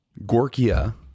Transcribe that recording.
Gorkia